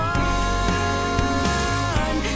one